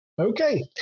Okay